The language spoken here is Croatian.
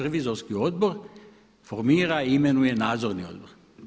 Revizorski odbor formira i imenuje nadzorni odbor.